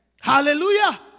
Hallelujah